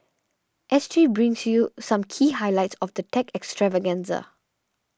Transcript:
S T brings you some key highlights of the tech extravaganza